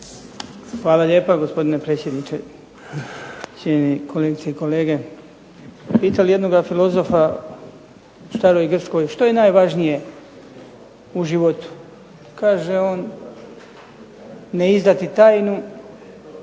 Hvala lijepa gospodine predsjedniče, cijenjeni kolegice i kolege. Pitali jednoga filozofa u staroj Grčkoj što je najvažnije u životu. Kaže on ne izdati tajnu,